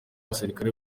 basirikare